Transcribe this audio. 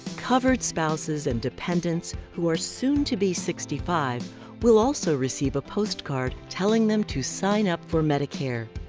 covered spouses and dependents who are soon to be sixty five will also receive a postcard telling them to sign up for medicare.